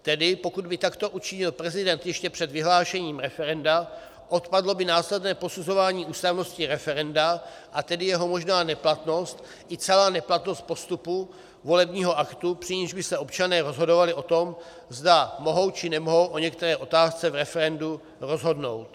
Tedy pokud by takto učinil prezident ještě před vyhlášením referenda, odpadlo by následné posuzování ústavnosti referenda, a tedy jeho možná neplatnost i celá neplatnost postupu volebního aktu, při nichž by se občané rozhodovali o tom, zda mohou či nemohou o některé otázce v referendu rozhodnout.